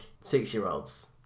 six-year-olds